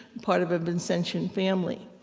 part of a vincentian family.